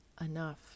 enough